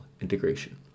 integration